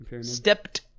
Stepped